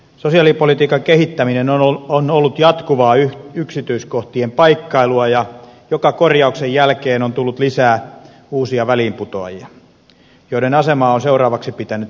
sosiaalipolitiikan kehittäminen on ollut jatkuvaa yksityiskohtien paikkailua ja joka korjauksen jälkeen on tullut lisää uusia väliinputoajia joiden asemaa on seuraavaksi pitänyt sitten parantaa